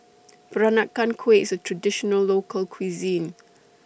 Peranakan Kueh IS A Traditional Local Cuisine